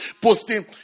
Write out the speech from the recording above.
posting